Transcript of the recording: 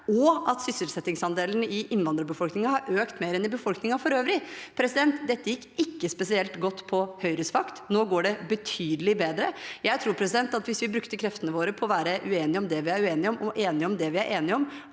og at sysselsettingsandelen i innvandrerbefolkningen samtidig har økt mer enn i befolkningen for øvrig? Dette gikk ikke spesielt godt på Høyres vakt, nå går det betydelig bedre. Jeg tror at hvis vi brukte kreftene våre på å være uenige om det vi er uenige om, og enige om det vi er enige om,